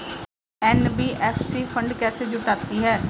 NBFC fund कैसे जुटाती है?